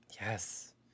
Yes